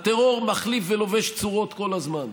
הטרור מחליף ולובש צורות כל הזמן.